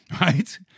Right